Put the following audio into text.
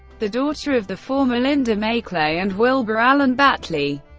the daughter of the former linda may clay and wilbur allen battley,